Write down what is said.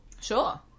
Sure